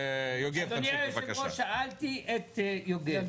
אדוני היושב-ראש, את יוגב.